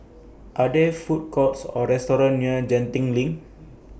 Are There Food Courts Or restaurants near Genting LINK